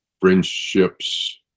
friendships